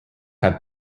had